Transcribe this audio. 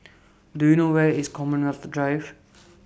Do YOU know Where IS Commonwealth Drive